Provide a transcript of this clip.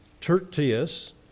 Tertius